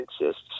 exists